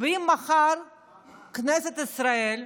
ואם מחר כנסת ישראל,